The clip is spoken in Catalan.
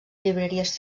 llibreries